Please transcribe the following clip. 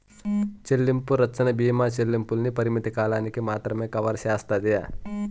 చెల్లింపు రచ్చన బీమా చెల్లింపుల్ని పరిమిత కాలానికి మాత్రమే కవర్ సేస్తాది